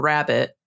Rabbit